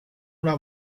una